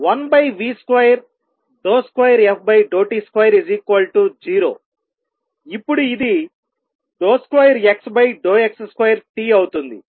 1v22ft20ఇప్పుడు ఇది d2Xdx2Tఅవుతుంది